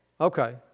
Okay